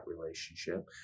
relationship